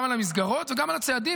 גם על המסגרות וגם על הצעדים,